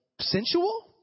sensual